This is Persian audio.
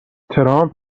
ترامپ